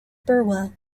burwell